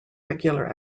regular